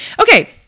Okay